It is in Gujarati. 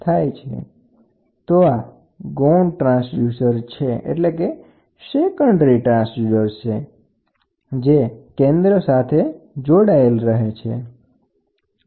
તો આ ગૌણ ટ્રાન્સડ્યુસર છે જે કેન્દ્ર સાથે જોડાયેલ હોય છે